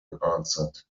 answered